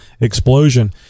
explosion